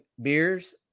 beers